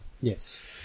Yes